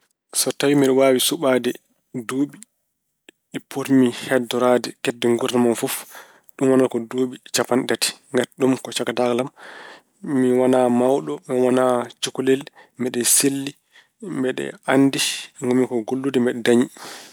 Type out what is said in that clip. So tawi mbeɗa waawi suɓaade duuɓi potmi heddoraade kedde nguurdam am fof, ɗum wonata ko duuɓi cappanɗe tati. Ngati ɗum ko cagataagal am, mi wonaa mawɗo, mi wonaa cukalel. Mbeɗe selli, mbeɗe anndi. Ngon-mi ko gollude, mbeɗe dañi.